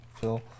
Phil